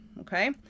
okay